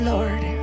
Lord